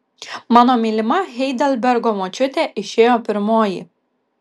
mano mylima heidelbergo močiutė išėjo pirmoji